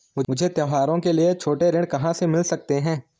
मुझे त्योहारों के लिए छोटे ऋण कहाँ से मिल सकते हैं?